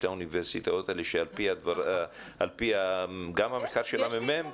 שתי האוניברסיטאות גם על פי מרכז המחקר והמידע.